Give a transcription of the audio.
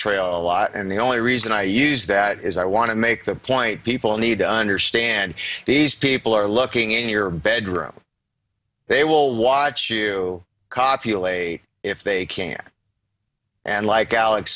trail a lot and the only reason i use that is i want to make the point people need to understand these people are looking in your bedroom they will watch you copulate if they can and like alex